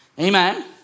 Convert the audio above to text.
amen